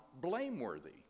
blameworthy